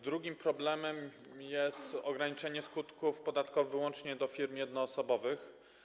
Drugim problemem jest ograniczenie skutków podatkowych wyłącznie do firm jednoosobowych.